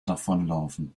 davonlaufen